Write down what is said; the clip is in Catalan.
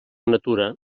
natura